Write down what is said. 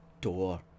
door